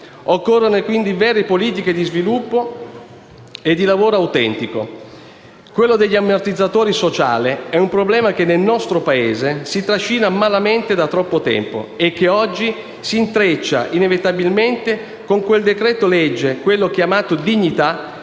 Occorrono quindi vere politiche di sviluppo e di lavoro autentico. Quello degli ammortizzatori sociali è un problema che nel nostro Paese si trascina malamente da troppo tempo e che oggi si intreccia inevitabilmente con quel decreto-legge chiamato «dignità»,